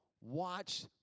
watch